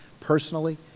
personally